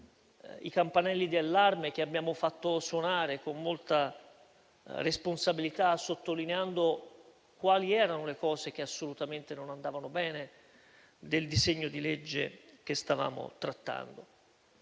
i campanelli di allarme che abbiamo fatto suonare con molta responsabilità, sottolineando quali erano i punti che assolutamente non andavano bene del disegno di legge che stavamo trattando.